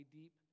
deep